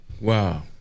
Wow